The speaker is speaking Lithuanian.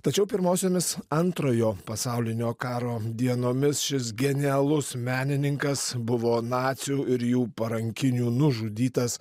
tačiau pirmosiomis antrojo pasaulinio karo dienomis šis genialus menininkas buvo nacių ir jų parankinių nužudytas